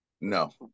no